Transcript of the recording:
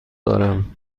دارم